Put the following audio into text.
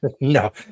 No